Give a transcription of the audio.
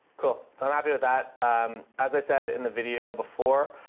cool. so i'm happy with that. um, as i said in the video before,